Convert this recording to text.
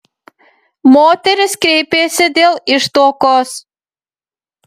moteris kreipėsi dėl ištuokos